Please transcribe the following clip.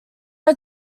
are